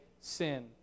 sin